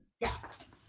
Yes